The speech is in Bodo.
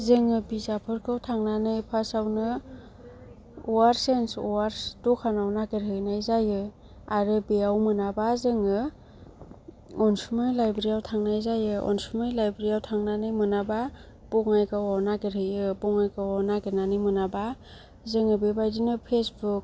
जोङो बिजाबफोरखौ थांनानै पासावनो वार्स एण्ड वार्स द'खानाव नागेरहैनाय जायो आरो बेयाव मोनाबा जोङो अनसुमै लाइब्रियाव थांनाय जायो अनसुमै लाइब्रियाव थांनानै मोनाबा बङाइगावआव नागेरहैयो बङाइगावआव नागेरनानै मोनाबा जोङो बेबायदिनो पेसबुक